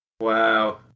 Wow